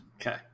Okay